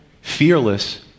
fearless